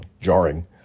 jarring